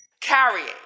Carrying